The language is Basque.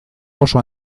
oso